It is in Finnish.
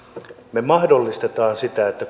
me mahdollistamme sitä että